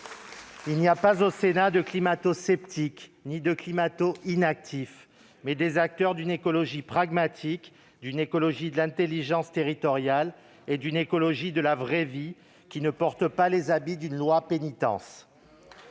il n'y a pas, au Sénat, de climatosceptiques ni de climato-inactifs, mais des acteurs d'une écologie pragmatique, d'une écologie de l'intelligence territoriale et d'une écologie de la vraie vie, qui ne porte pas les habits d'une loi-pénitence.